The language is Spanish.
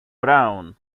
brown